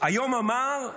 היום אמר: